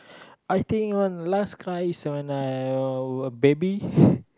I think one last cry is when I uh baby